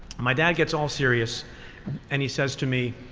my dad gets all serious and he says to me,